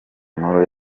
nkuru